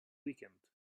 weekend